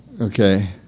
Okay